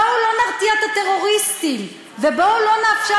בואו לא נרתיע את הטרוריסטים ובואו לא נאפשר